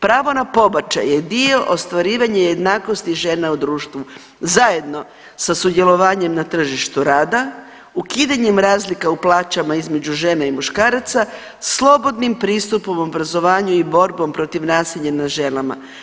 Pravo na pobačaj je dio ostvarivanja jednakosti žena u društvu zajedno sa sudjelovanjem na tržištu rada, ukidanjem razlika u plaćanja između žena i muškaraca, slobodnim pristupom obrazovanju i borbom protiv nasilja nad ženama.